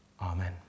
amen